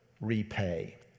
repay